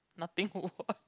nothing !wow!